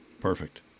Perfect